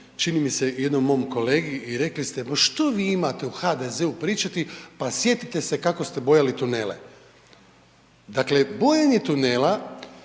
čini mi se jednom mom kolegi i rekli ste ma što vi imate u HDZ-u pričati, pa sjetite se kako ste bojali tunele. Dakle bojenje tunela